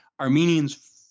Armenians